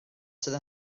sydd